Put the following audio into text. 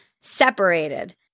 separated